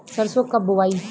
सरसो कब बोआई?